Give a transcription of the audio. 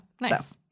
nice